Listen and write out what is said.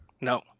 No